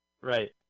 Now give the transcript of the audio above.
Right